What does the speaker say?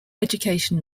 education